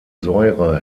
säure